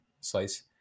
slice